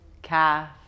Calf